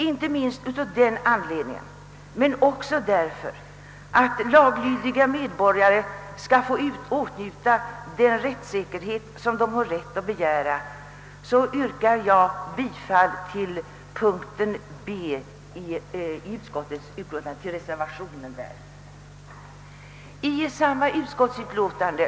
Inte minst av den anledningen men också därför att laglydiga medborgare skall få åtnjuta den rättssäkerhet, som de är berättigade till, yrkar jag bifall till reservationen i den del som avser punkt B i utskottets utlåtande.